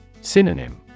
Synonym